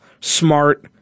smart